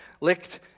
licked